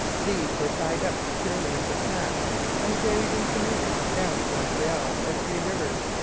these were tied up securely into packs and carried in canoes down to montreal or three rivers,